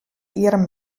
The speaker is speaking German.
ihrem